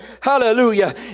hallelujah